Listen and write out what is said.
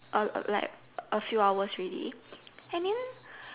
uh like a few hours already and then